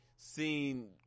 Seen